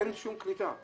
אין שום קליטה.